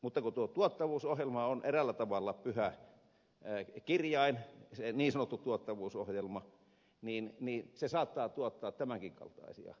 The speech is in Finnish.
mutta kun tuo niin sanottu tuottavuusohjelma on eräällä tavalla pyhä kirjain ei niin sanottu tuottavuusohjelma niin niin se saattaa tuottaa tämänkin kaltaisia lopputuloksia